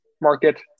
market